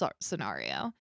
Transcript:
scenario